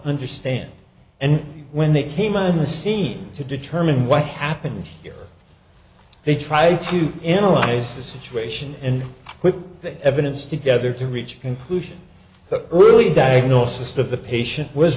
understand and when they came on the scene to determine what happened here they try to analyze the situation and with the evidence together to reach a conclusion that early diagnosis of the patient was